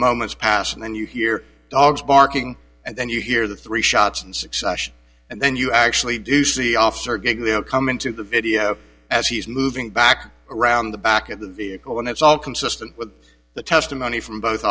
moments pass and then you hear dogs barking and then you hear the three shots in succession and then you actually do see officer guo come into the video as he's moving back around the back of the vehicle and it's all consistent with the testimony from both